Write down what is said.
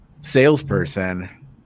salesperson